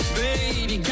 baby